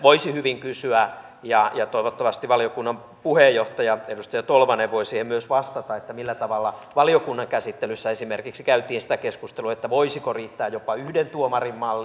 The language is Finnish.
voisi hyvin kysyä ja toivottavasti valiokunnan puheenjohtaja edustaja tolvanen voi siihen myös vastata millä tavalla valiokunnan käsittelyssä käytiin esimerkiksi sitä keskustelua voisiko riittää jopa yhden tuomarin malli